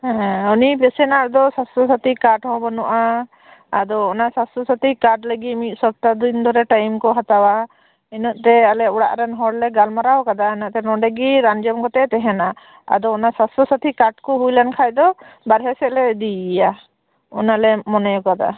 ᱦᱮᱸ ᱦᱮᱸ ᱩᱱᱤ ᱯᱮᱥᱮᱴ ᱟᱜ ᱫᱚ ᱥᱟᱥᱛᱷᱚᱥᱟᱛᱷᱤ ᱠᱟᱨᱰ ᱦᱚᱸ ᱵᱟᱹᱱᱩᱜᱼᱟ ᱟᱫᱚ ᱚᱱᱟ ᱥᱟᱥᱛᱷᱚᱥᱟᱛᱷᱤ ᱠᱟᱨᱰ ᱞᱟᱹᱜᱤᱫ ᱢᱤᱫ ᱥᱚᱯᱛᱟᱦᱚ ᱫᱤᱱ ᱫᱷᱚᱨᱮ ᱴᱟᱤᱢ ᱠᱚ ᱦᱟᱛᱟᱣᱟ ᱩᱱᱟᱹᱛᱮ ᱟᱞᱮ ᱚᱲᱟᱜ ᱨᱮᱱ ᱦᱚᱲ ᱞᱮ ᱜᱟᱞᱢᱟᱨᱟᱣ ᱟᱠᱟᱫᱟ ᱤᱱᱟᱹᱛᱮ ᱱᱚᱰᱮ ᱜᱮ ᱨᱟᱱ ᱡᱚᱢ ᱠᱟᱛᱮ ᱛᱟᱸᱦᱮᱱᱟ ᱟᱫᱚ ᱚᱱᱟ ᱥᱟᱥᱛᱷᱚᱥᱟᱛᱷᱤ ᱠᱟᱨᱰ ᱠᱩ ᱦᱩᱭ ᱞᱮᱱᱠᱷᱟᱱ ᱫᱚ ᱵᱟᱨᱦᱮ ᱥᱮᱫ ᱞᱮ ᱤᱫᱤᱭᱮᱭᱟ ᱚᱱᱟ ᱞᱮ ᱢᱚᱱᱮ ᱟᱠᱟᱫᱟ